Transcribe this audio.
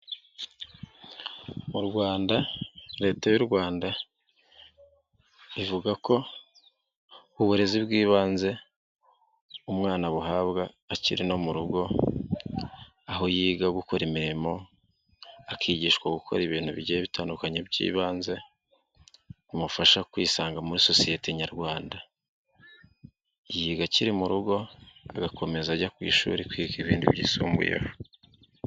Mu Rwanda leta y'u Rwanda ivuga ko uburezi bw'ibanze umwana buhabwa akiri no mu rugo, aho yiga gukora imirimo, akigishwa gukora ibintu bigiye bitandukanye by'ibanze bimufasha kwisanga muri sosiyete Nyarwanda. Yiga akiri mu rugo, agakomeza ajya ku ishuri kwiga ibindi byisumbuyeho.